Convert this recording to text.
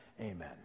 Amen